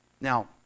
Now